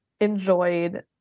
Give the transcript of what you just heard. enjoyed